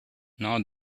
now